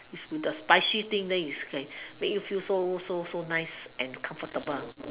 is in the spicy thing then you can make you feel so so nice and comfortable